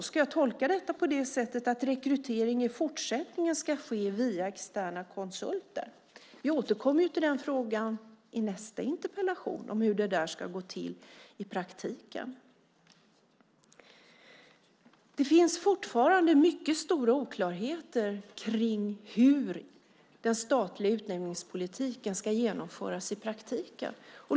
Ska jag då tolka detta på det sättet att rekrytering i fortsättningen ska ske via externa konsulter? Vi återkommer till den frågan i nästa interpellation, om hur det där ska gå till i praktiken. Det finns fortfarande mycket stora oklarheter kring hur den statliga utnämningspolitiken ska genomföras i praktiken.